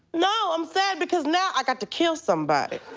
no, i'm sad because now i got to kill somebody.